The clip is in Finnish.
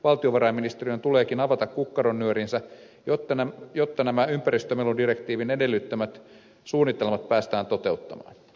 valtiovarainministeriön tuleekin avata kukkaronnyörinsä jotta nämä ympäristömeludirektiivin edellyttämät suunnitelmat päästään toteuttamaan